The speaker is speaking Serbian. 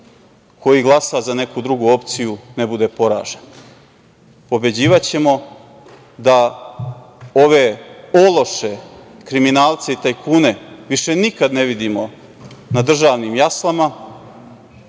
koji glasa za neku drugu opciju ne bude poražen. Pobeđivaćemo da ove ološe, kriminalce i tajkune više nikad ne vidimo na državnim jaslama,